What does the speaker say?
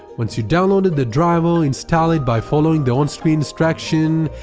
once you downloaded the driver install it by following the on-screen instruction,